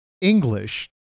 English